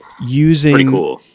using